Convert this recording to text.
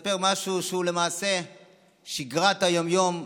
לספר משהו שהוא למעשה שגרת היום-יום,